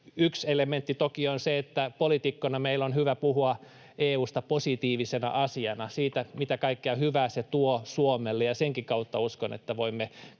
yksi elementti toki on se, että poliitikkoina meidän on hyvä puhua EU:sta positiivisena asiana, siitä, mitä kaikkea hyvää se tuo Suomelle, ja senkin kautta uskon, että voimme